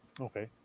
Okay